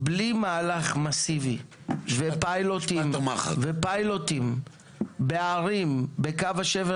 בלי מהלך מאסיבי ופיילוטים בערים בקו השבר